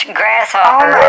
grasshopper